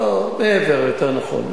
"מעבר" יותר נכון,